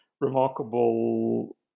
remarkable